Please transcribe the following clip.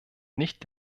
nicht